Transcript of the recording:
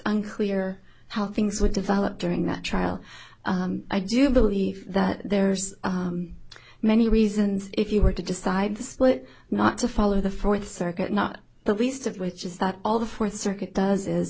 unclear how things would develop during that trial i do believe that there's many reasons if you were to decide this but not to follow the fourth circuit not the least of which is that all the fourth circuit does is